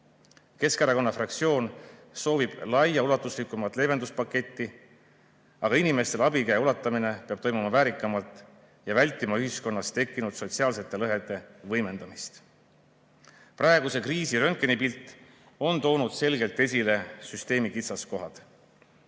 Keskerakonna fraktsioon soovib laiaulatuslikumat leevenduspaketti, aga inimestele abikäe ulatamine peab toimuma väärikamalt ja vältima ühiskonnas tekkinud sotsiaalsete lõhede võimendamist. Praeguse kriisi röntgenipilt on toonud selgelt esile süsteemi kitsaskohad.